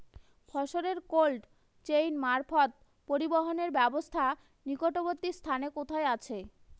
ফসলের cold chain মারফত পরিবহনের ব্যাবস্থা নিকটবর্তী স্থানে কোথায় আছে?